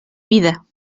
vida